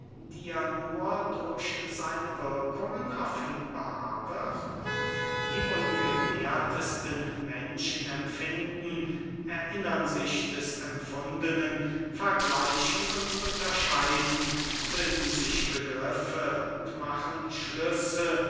nur durch seine wirkungen offenbar wird die ungelehrtesten menschen empfinden erinnern sich des empfundenen vergleichen und unterscheiden bilden sich begriffe und machen schlüsse